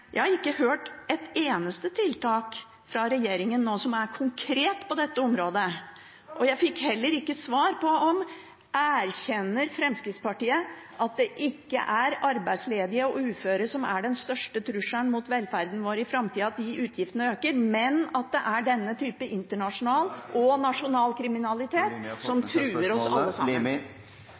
Jeg har ikke hørt et eneste tiltak fra regjeringen nå som er konkret på dette området. Og jeg fikk heller ikke svar på om Fremskrittspartiet erkjenner at det ikke er arbeidsledige og uføre som er den største trusselen mot velferden vår i framtida, og at de utgiftene ikke øker, men at det er denne type internasjonal og nasjonal kriminalitet som truer oss